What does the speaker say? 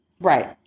Right